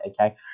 Okay